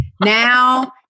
now